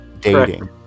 dating